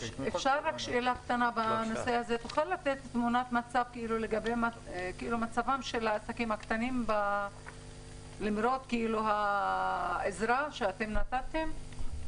תוכל לתת תמונת מצב של העסקים הקטנים למרות העזרה שנתתם?